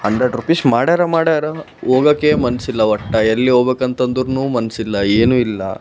hundred rupees ಮಾಡ್ಯಾರೆ ಮಾಡ್ಯಾರೆ ಹೋಗಕ್ಕೇ ಮನಸ್ಸಿಲ್ಲ ಒಟ್ಟು ಎಲ್ಲಿ ಹೋಬೇಕಂತಂದ್ರು ಮನಸ್ಸಿಲ್ಲ ಏನೂ ಇಲ್ಲ